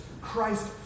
Christ